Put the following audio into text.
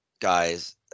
guys